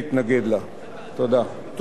תודה רבה למשנה לראש הממשלה.